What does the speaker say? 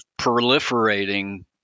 proliferating